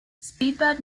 speedbird